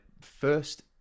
first